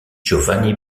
giovanni